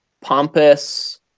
pompous